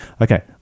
okay